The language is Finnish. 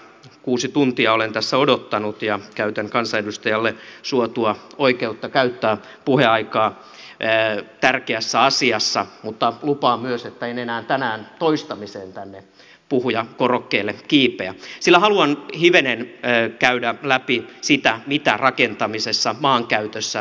kuusi tuntia olen tässä odottanut ja käytän kansanedustajalle suotua oikeutta käyttää puheaikaa tärkeässä asiassa mutta lupaan myös että en enää tänään toistamiseen tänne puhujakorokkeelle kiipeä sillä haluan hivenen käydä läpi sitä mitä rakentamisessa maankäytössä tehdään